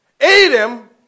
Adam